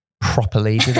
properly